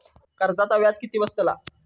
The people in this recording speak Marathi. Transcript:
कर्जाचा व्याज किती बसतला?